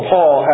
Paul